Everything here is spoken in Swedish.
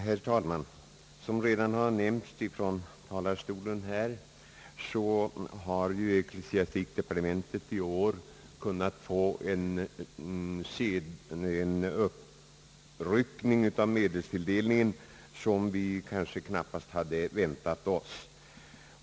Herr talman! Som redan har nämnts från denna talarstol har ecklesiastikdepartementet i år fått en uppryckning av medelstilldelningen som vi knappast hade väntat oss.